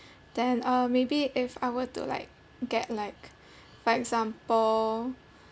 then uh maybe if I were to like get like for example